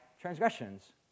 transgressions